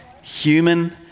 human